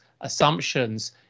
assumptions